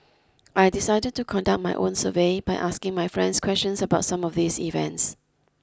I decided to conduct my own survey by asking my friends questions about some of these events